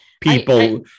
people